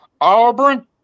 Auburn